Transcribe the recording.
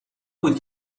بود